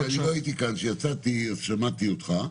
כשאני לא הייתי כאן, כשיצאתי, אז שמעתי אותך.